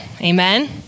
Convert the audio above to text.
amen